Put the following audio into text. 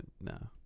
no